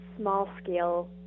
small-scale